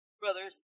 brothers